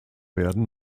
werden